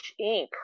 Inc